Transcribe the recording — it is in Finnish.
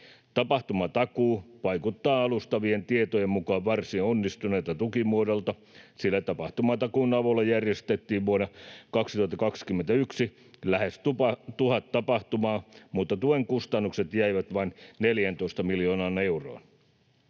Tapahtumatakuu vaikuttaa alustavien tietojen mukaan varsin onnistuneelta tukimuodolta, sillä tapahtumatakuun avulla järjestettiin vuonna 2021 lähes tuhat tapahtumaa, mutta tuen kustannukset jäivät vain 14 miljoonaan euroon.